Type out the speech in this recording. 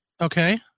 Okay